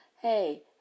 Hey